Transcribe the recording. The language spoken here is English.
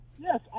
yes